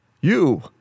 You